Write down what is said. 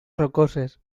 rocoses